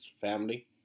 family